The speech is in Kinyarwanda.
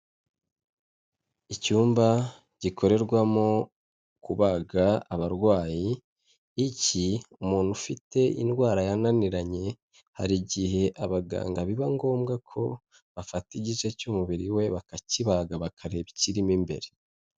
Icyumba gikorerwamo kubaga abarwayi, iki umuntu ufite indwara yananiranye hari igihe abaganga biba ngombwa ko bafata igice cy'umubiri we bakakibaga bakareba ikirimo imbere.